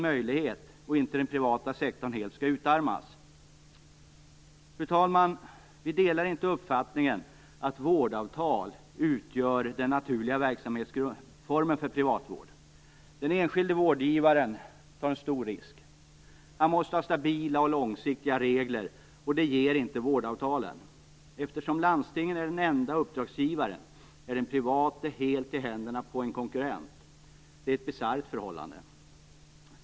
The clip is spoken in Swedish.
Vi delar inte uppfattningen att vårdavtal utgör den naturliga verksamhetsformen för privatvården. Den enskilde vårdgivaren tar en stor risk. Han måste ha stabila och långsiktiga regler, vilket inte vårdavtalen ger. Eftersom landstingen är den enda uppdragsgivaren, är den privata vårdgivaren helt i händerna på en konkurrent. Det är ett bisarrt förhållande.